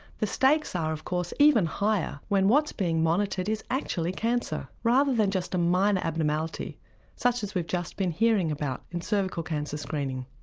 the stakes are of course even higher when what's being monitored is actually cancer, rather than just a minor abnormality such as we've just been hearing about in cervical cancer screening.